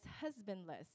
husbandless